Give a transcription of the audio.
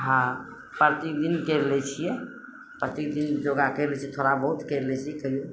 हँ प्रतिदिन करि लै छियै प्रति दिन योगा करि लै छियै थोड़ा बहुत करि लै छियै तैयो